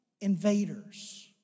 invaders